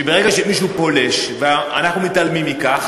שברגע שמישהו פולש ואנחנו מתעלמים מכך,